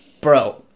bro